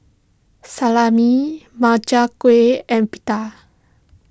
Salami Makchang Gui and Pita